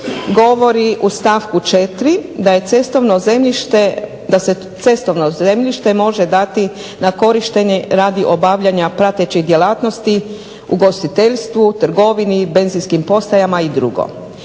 govori u stavku 4. da se cestovno zemljište može dati na korištenje radi obavljanja pratećih djelatnosti, ugostiteljstvu, trgovini, benzinskim postajama i drugo.